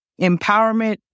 Empowerment